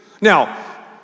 Now